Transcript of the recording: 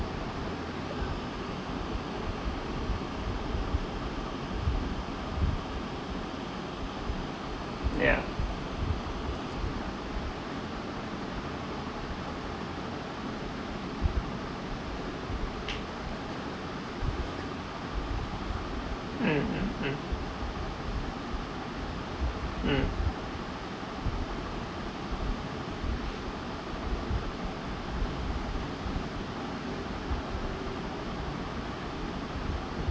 yeah mm mm mm mm